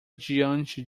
diante